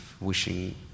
wishing